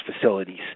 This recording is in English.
facilities